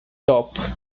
top